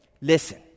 Listen